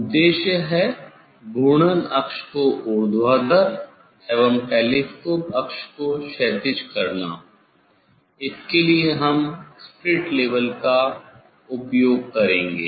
उद्देश्य है घूर्णन अक्ष को ऊर्ध्वाधर और टेलीस्कोप अक्ष को क्षैतिज करना इसके लिए हम स्परिट लेवल का उपयोग करेंगे